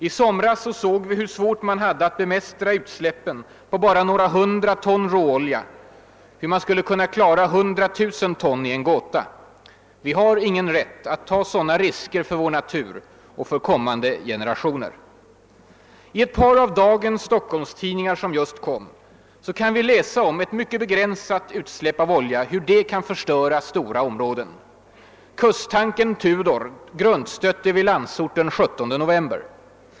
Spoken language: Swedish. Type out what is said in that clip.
I somras såg vi hur svårt man hade att bemästra utsläpp på bara några hundra ton råolja; hur man skulle kunna klara 100 000 ton är en gåta. Vi har ingen rätt att ta sådana risker för vår natur och för kommande generationer. I ett par av dagens Stockholmstidningar, som just har kommit kan vi läsa hur ett mycket begränsat utsläpp av olja kan förstöra stora områden. Kusttankern »Tudor» grundstötte vid Landsort den 17 november.